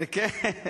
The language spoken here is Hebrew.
כן.